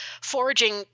foraging